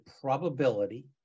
probability